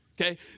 okay